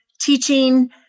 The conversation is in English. teaching